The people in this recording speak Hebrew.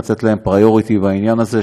לתת להם פריוריטי בעניין הזה,